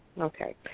okay